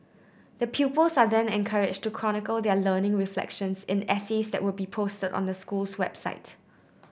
the pupils are then encouraged to chronicle their learning reflections in essays that will be posted on the school's website